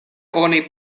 oni